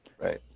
right